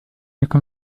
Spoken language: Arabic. يكن